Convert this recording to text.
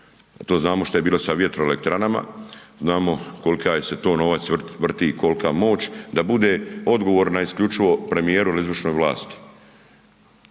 To znamo šta je bilo sa vjetroelektranama, znamo kolika je se to novac vrti, kolka moć, da bude odgovorna isključivo premijeru ili izvršnoj vlasti.